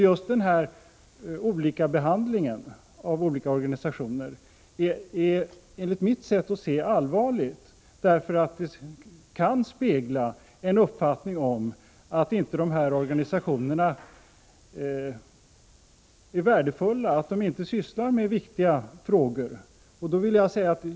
Just den olika behandlingen av olika organisationer är enligt mitt sätt att se allvarligt, därför att den kan spegla en uppfattning om att de frivilliga försvarsorganisationerna inte är värdefulla, inte sysslar med viktiga frågor.